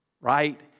Right